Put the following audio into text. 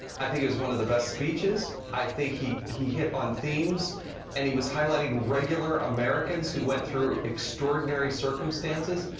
i thought it was one of the best speeches. i think he he hit on themes and he was highlighting regular americans who went through extraordinary circumstances.